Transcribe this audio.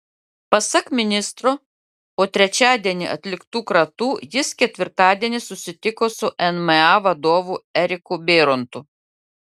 pasak ministro po trečiadienį atliktų kratų jis ketvirtadienį susitiko su nma vadovu eriku bėrontu